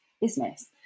business